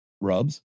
rubs